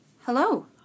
hello